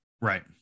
right